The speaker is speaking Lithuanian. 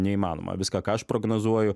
neįmanoma viską ką aš prognozuoju